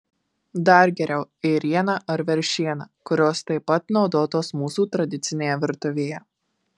dar geriau ėriena ar veršiena kurios taip pat naudotos mūsų tradicinėje virtuvėje